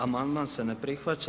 Amandman se ne prihvaća.